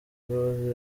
imbabazi